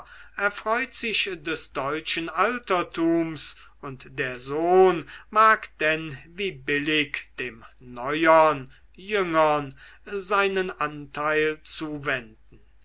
erfreut sich des deutschen altertums und der sohn mag denn wie billig dem neuern jüngern seinen anteil zuwenden